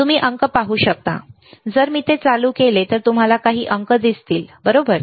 तुम्ही अंक पाहू शकता जर मी ते चालू केले तर तुम्हाला काही अंक दिसतील बरोबर